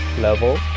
level